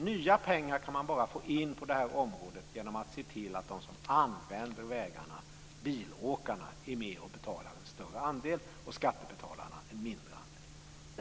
Nya pengar på det här området kan man bara få in genom att se till att de som använder vägarna, dvs. bilåkarna, är med och betalar en större andel och skattebetalarna en mindre andel.